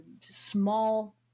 small